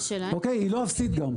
היא גם לא אפסית.